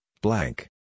blank